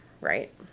right